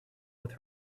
with